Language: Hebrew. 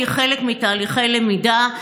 שהיא חלק מתהליכי למידה.